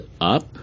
up